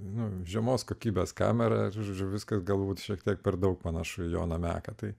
nu žemos kokybės kamera žodžiu viskas galbūt šiek tiek per daug panašu į joną meką tai